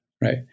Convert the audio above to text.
right